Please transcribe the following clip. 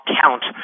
count